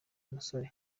musore